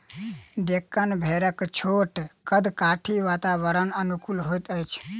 डेक्कन भेड़क छोट कद काठी वातावरणक अनुकूल होइत अछि